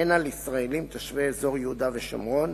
הן על ישראלים תושבי יהודה ושומרון